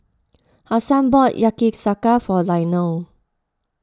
Hasan bought Yakizakana for Leonel